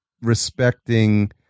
respecting